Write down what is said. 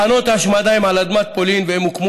מחנות ההשמדה הם על אדמת פולין והם הוקמו